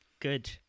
good